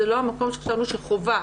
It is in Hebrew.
זה לא המקום שחשבנו שחובה.